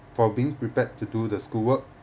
for being prepared to do the school work